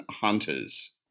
Hunters